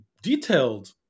detailed